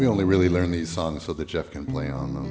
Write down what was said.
we only really learn these songs so that you can play on